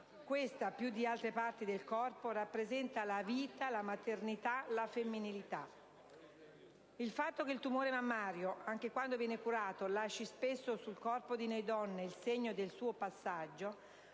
questa, più di altre parti del corpo, rappresenta la vita, la maternità e la femminilità. Il fatto che il tumore mammario, anche quando viene curato, lasci spesso sul corpo di noi donne il segno del suo passaggio,